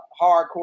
hardcore